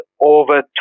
over